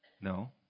no